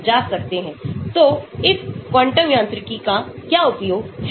तो इस क्वांटम यांत्रिकी का क्या उपयोग है